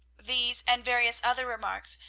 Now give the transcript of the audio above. these, and various other remarks,